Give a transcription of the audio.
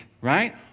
right